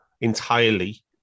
entirely